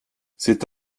c’est